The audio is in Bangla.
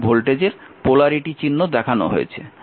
কারণ এখানে ভোল্টেজের পোলারিটি চিহ্ন দেখানো হয়েছে